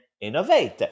innovate